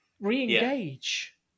re-engage